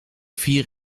vier